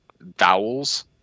vowels